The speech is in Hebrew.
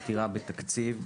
עתירה בתקציב,